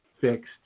fixed